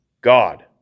God